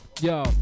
yo